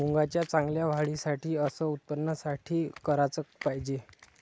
मुंगाच्या चांगल्या वाढीसाठी अस उत्पन्नासाठी का कराच पायजे?